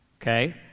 Okay